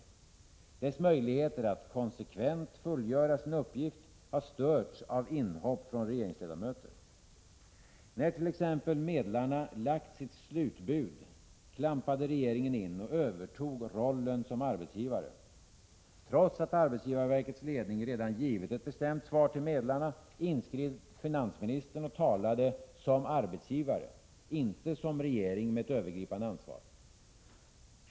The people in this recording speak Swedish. Dess möjligheter att konsekvent fullgöra sin uppgift har störts av inhopp från regeringsledamöter. När t.ex. medlarna lagt sitt slutbud, klampade regeringen in och övertog rollen som arbetsgivare. Trots att arbetsgivarverkets ledning redan givit ett bestämt svar till medlarna, inskred finansministern och talade som arbetsgivare, inte som regering med ett övergripande ansvar.